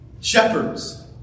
Shepherds